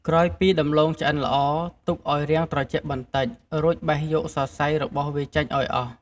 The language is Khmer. ក្រោយពីដំឡូងឆ្អិនល្អ ទុកឲ្យរាងត្រជាក់បន្តិច រួចបេះយកសរសៃរបស់វាចេញឲ្យអស់។